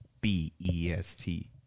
B-E-S-T